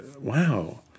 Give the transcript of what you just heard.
wow